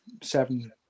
seven